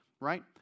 right